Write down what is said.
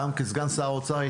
גם כסגן שר האוצר,